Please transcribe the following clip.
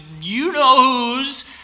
you-know-whos